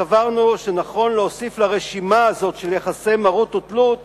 וסברנו שנכון להוסיף לרשימה הזאת של יחסי מרות ותלות